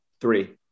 three